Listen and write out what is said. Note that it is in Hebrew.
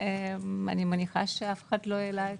אני מניחה שאף אחד לא העלה את זה.